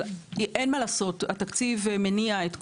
אין מה לעשות, התקציב מניע את כולנו.